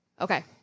Okay